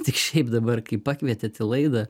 tik šiaip dabar kai pakvietėt į laidą